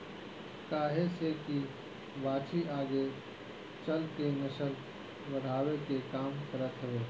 काहे से की बाछी आगे चल के नसल बढ़ावे के काम करत हवे